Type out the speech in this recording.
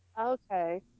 okay